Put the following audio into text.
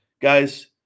Guys